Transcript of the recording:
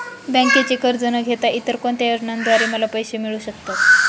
बँकेचे कर्ज न घेता इतर कोणत्या योजनांद्वारे मला पैसे मिळू शकतात?